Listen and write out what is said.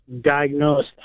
diagnosed